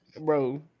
Bro